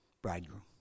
Bridegroom